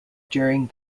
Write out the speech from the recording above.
during